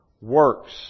works